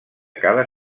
cada